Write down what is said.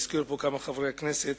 והזכירו פה כמה חברי כנסת,